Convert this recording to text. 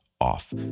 off